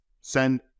send